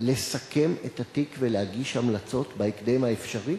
לסכם את התיק ולהגיש המלצות בהקדם האפשרי,